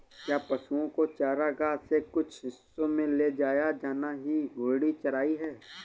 क्या पशुओं को चारागाह के कुछ हिस्सों में ले जाया जाना ही घूर्णी चराई है?